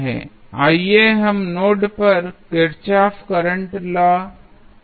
आइए हम नोड पर किर्चॉफ करंट लॉ लागू करें